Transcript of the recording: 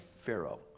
Pharaoh